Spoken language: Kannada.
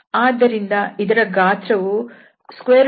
ಆದ್ದರಿಂದ ಇದರ ಗಾತ್ರ ವು 4y2z2